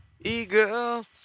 Eagle